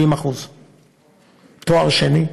70% תואר שני,